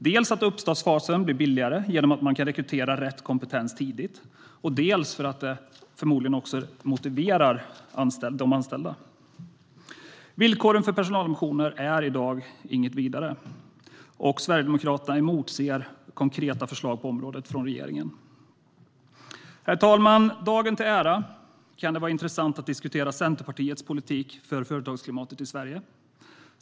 Dels kan uppstartsfasen bli billigare genom att man kan rekrytera rätt kompetens tidigt, dels kan delägarskap motivera de anställda. Villkoren för personaloptioner är i dag inget vidare, och Sverigedemokraterna emotser konkreta förslag på området från regeringen. Herr talman! Dagen till ära kan det vara intressant att diskutera Centerpartiets politik för företagsklimatet i Sverige.